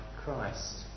Christ